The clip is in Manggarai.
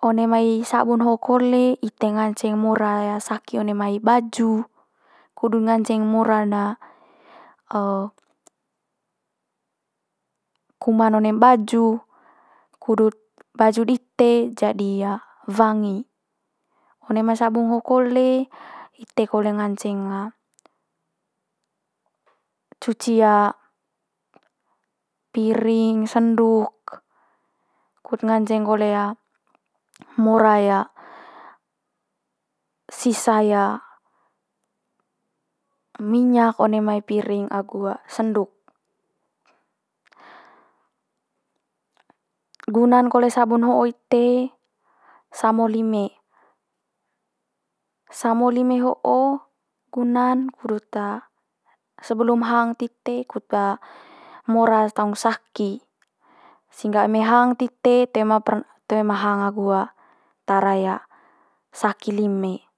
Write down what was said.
One mai sabun ho kole ite nganceng mora saki one mai baju, kudu nganceng mora'n na kuman one'm baju kudut baju dite jadi wangi. One mai sabung ho kole ite kole nganceng cuci piring, senduk, kut nganceng kole mora sisa minyak one mai piring agu senduk. Guna'n kole sabun ho ite samo lime, samo lime ho'o guna'n kudut sebelum hang tite kut mora's taung saki. Sehingga eme hang tite toe ma toe ma hang agu tara saki lime.